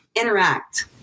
interact